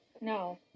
No